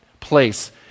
place